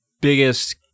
biggest